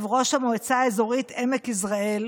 ראש המועצה האזורית עמק יזרעאל